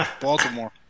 Baltimore